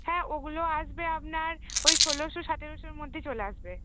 হ্যাঁ ওগুলো আসবে আপনার ওই ষোলোশো সাতেরোশোর মধ্যে চলে আসবে